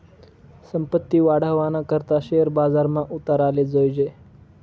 संपत्ती वाढावाना करता शेअर बजारमा उतराले जोयजे